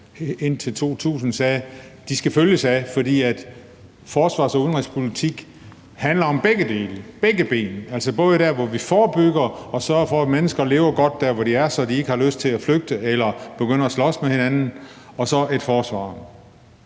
De to ting skal følges ad, fordi forsvars- og udenrigspolitik handler om begge dele – begge ben – altså både om det, hvor vi forebygger og sørger for, at mennesker lever godt der, hvor de er, så de ikke har lyst til at flygte, og så de ikke begynder at slås med hinanden, og så om et forsvar.